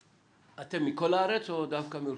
אתם מכל הארץ או דווקא מירושלים?